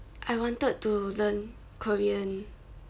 I wanted to learn korean